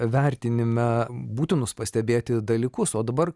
vertinime būtinus pastebėti dalykus o dabar